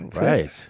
Right